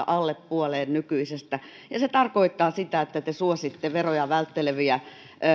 alle puoleen nykyisestä se tarkoittaa sitä että te suositte veroja vältteleviä